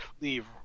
leave